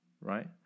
right